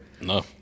No